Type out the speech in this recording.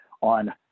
on